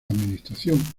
administración